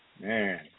Man